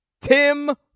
Tim